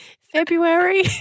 February